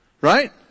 Right